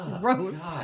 gross